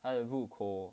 他的入口